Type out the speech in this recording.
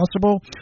possible